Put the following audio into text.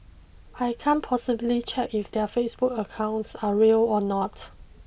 I can't possibly check if their Facebook accounts are real or not